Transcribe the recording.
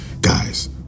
guys